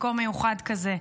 מקום מיוחד כזה.